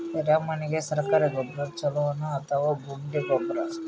ಎರೆಮಣ್ ಗೆ ಸರ್ಕಾರಿ ಗೊಬ್ಬರ ಛೂಲೊ ನಾ ಅಥವಾ ಗುಂಡಿ ಗೊಬ್ಬರ?